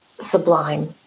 sublime